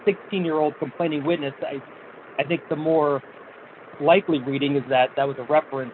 sixteen year old complaining witness i think the more likely greeting is that that was a reference